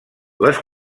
les